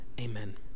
Amen